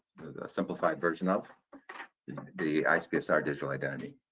the simplified version of the icpsr digital identity.